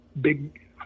big